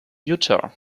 utah